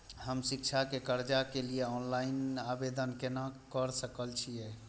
हम शिक्षा के कर्जा के लिय ऑनलाइन आवेदन केना कर सकल छियै?